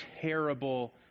terrible